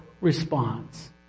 response